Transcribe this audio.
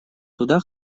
туда